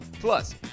Plus